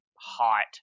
hot